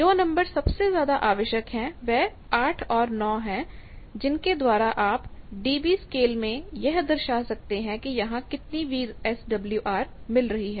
जो नंबर सबसे ज्यादा आवश्यक है वह 8 और 9 हैं जिनके द्वारा आप डीबी स्केल में यह दर्शा सकते हैं कि यहां कितनी वीएसडब्ल्यूआर मिल रही है